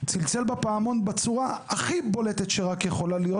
צלצל בפעמון בצורה הכי בולטת שהייתה יכולה להיות,